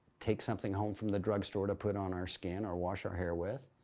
take something home from the drugstore to put on our skin or wash our hair with,